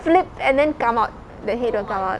flip and then come out the head will come out